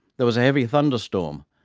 there was a heavy thunderstorm,